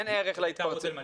אין ערך להתפרצות.